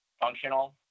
functional